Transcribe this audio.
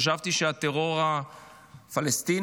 חשבתי שהטרור הפלסטיני,